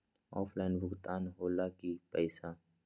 Offline भुगतान हो ला कि पईसा?